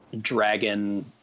Dragon